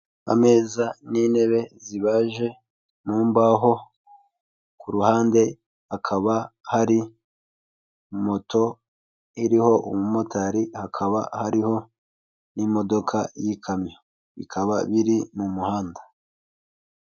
Ameza n'intebe zibaje mu mbaho, ku ruhande hakaba hari moto iriho umumotari, hakaba hariho n'imodoka y'ikamyo, bikaba biri mu muhanda.